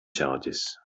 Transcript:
charges